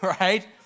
right